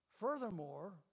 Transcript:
Furthermore